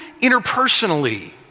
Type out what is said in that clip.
interpersonally